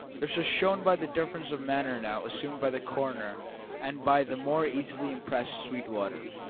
this was shown by the difference of manner now assumed by the coroner and by the more easily impressed sweetwater,